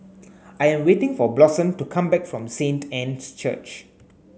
I am waiting for Blossom to come back from Saint Anne's Church